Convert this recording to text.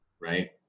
Right